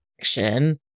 action